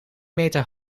meter